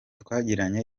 twagiranye